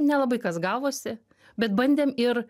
nelabai kas gavosi bet bandėm ir